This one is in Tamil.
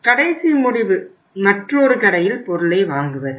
கடைசி முடிவு மற்றொரு கடையில் பொருளை வாங்குவது